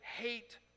hate